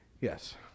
Yes